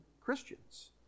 Christians